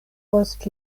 post